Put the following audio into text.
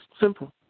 simple